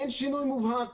אין שינוי מובהק